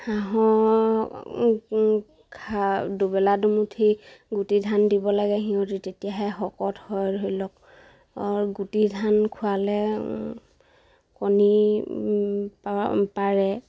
হাঁহ খা দুবেলা দুমুঠি গুটি ধান দিব লাগে সিহঁতি তেতিয়াহে শকত হয় ধৰি লওক গুটি ধান খোৱালে কণী প পাৰে